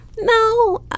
No